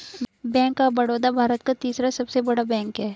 bank of Baroda Bharat का तीसरा सबसे बड़ा बैंक हैं